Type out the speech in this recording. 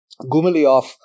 Gumilyov